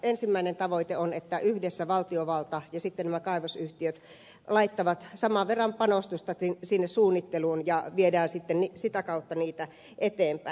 ensimmäinen tavoite on että yhdessä valtiovalta ja sitten nämä kaivosyhtiöt laittavat saman verran panostusta sinne suunnitteluun ja viedään sitten sitä kautta niitä eteenpäin